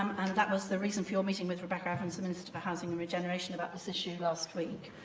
um and that was the reason for your meeting with rebecca evans, the minister for housing and regeneration, about this issue last week.